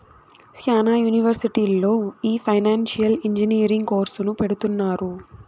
శ్యానా యూనివర్సిటీల్లో ఈ ఫైనాన్సియల్ ఇంజనీరింగ్ కోర్సును పెడుతున్నారు